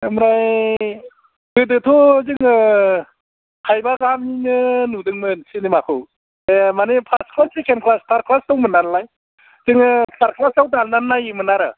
ओमफ्राय गोदोथ' जोङो थाइबा गाहामनिनो नुदोंमोन सिनेमा खौ बे माने first class second class third class दंमोन नालाय जोङो थार्द क्लास आव दाननानै नायोमोन आरो